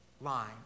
line